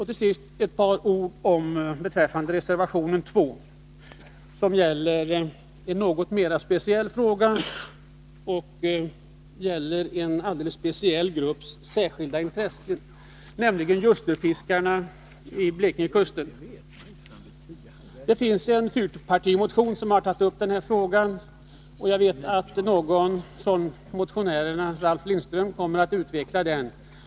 Till sist ett par ord beträffande reservation 2 som gäller en något mera speciell fråga och intressena för en alldeles särskild grupp, nämligen ljusterfiskarna vid Blekingekusten. Det finns en fyrpartimotion där man har tagit upp den här frågan, och jag vet att Ralf Lindström närmare kommer att utveckla den.